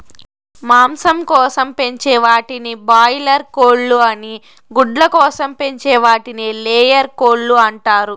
మాంసం కోసం పెంచే వాటిని బాయిలార్ కోళ్ళు అని గుడ్ల కోసం పెంచే వాటిని లేయర్ కోళ్ళు అంటారు